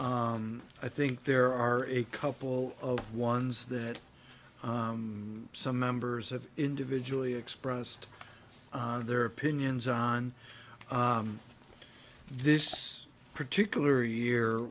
i think there are a couple of ones that some members of individually expressed their opinions on this particular year